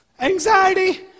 Anxiety